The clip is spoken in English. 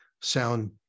sound